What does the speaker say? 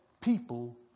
people